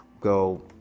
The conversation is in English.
go